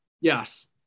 Yes